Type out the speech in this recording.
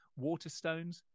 Waterstones